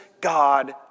God